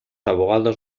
abogados